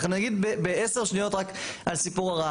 אנחנו נגיד ב-10 שניות רק על סיפור ה-"רעה".